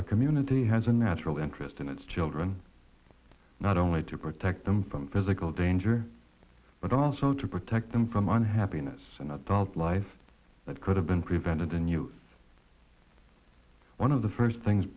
a community has a natural interest in its children not only to protect them from physical danger but also to protect them from on happiness an adult life that could have been prevented and you one of the first things